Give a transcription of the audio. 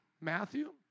Matthew